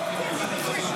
לא.